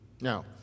now